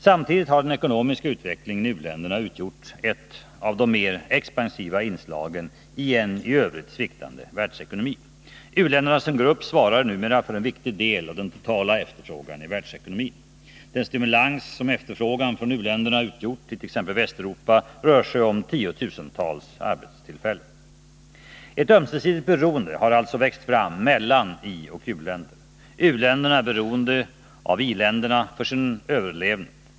Samtidigt har den ekonomiska utvecklingen i u-länderna utgjort ett av de mer expansiva inslagen i en i övrigt sviktande världsekonomi. U-länderna som grupp svarar numera för en viktig del av den totala efterfrågan i världsekonomin. Den stimulans som efterfrågan från u-länderna utgjort i t.ex. Västeuropa rör sig om tiotusentals arbetstillfällen. Ett ömsesidigt beroende har alltså växt fram mellan ioch u-länder. U-länderna är beroende av i-länderna för sin överlevnad.